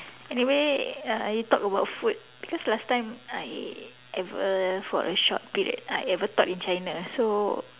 anyway uh you talk about food because last time I ever for a short period I ever taught in China so